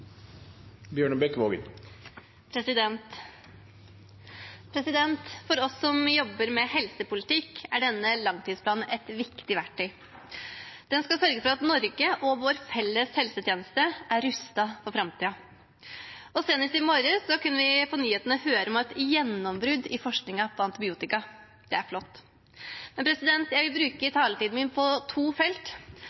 denne langtidsplanen et viktig verktøy. Den skal sørge for at Norge og vår felles helsetjeneste er rustet for framtiden. Senest i morges kunne vi på nyhetene høre om et gjennombrudd i forskningen på antibiotika. Det er flott. Jeg vil bruke